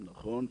נכון,